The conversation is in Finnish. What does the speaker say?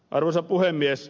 arvoisa puhemies